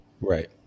Right